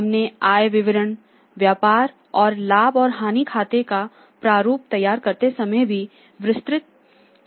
हमने आय विवरण व्यापार और लाभ और हानि खाते का प्रारूप तैयार करते समय भी विस्तृत चर्चा की थी